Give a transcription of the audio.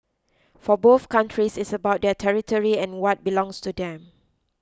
for both countries it's about their territory and what belongs to them